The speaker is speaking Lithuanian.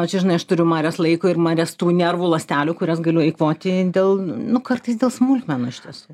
čia žinai aš turiu marias laiko ir marias tų nervų ląstelių kurias galiu eikvoti dėl nu kartais dėl smulkmenų iš tiesų